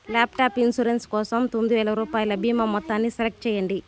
laptop insurance కోసం తొమ్మిదివేల రూపాయల బీమా మొత్తాన్ని సెలెక్ట్ చేయండి